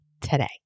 today